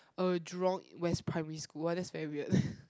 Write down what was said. a jurong-West primary school ah that's very weird